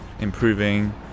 improving